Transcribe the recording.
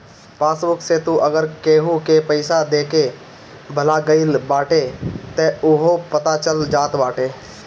passbook से तू अगर केहू के पईसा देके भूला गईल बाटअ तअ उहो पता चल जात बाटे